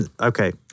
Okay